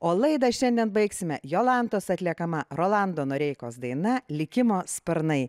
o laidą šiandien baigsime jolantos atliekama rolando noreikos daina likimo sparnai